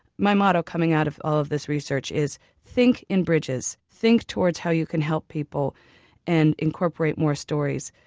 my motto coming out of of this research is think in bridges. think towards how you can help people and incorporate more stories.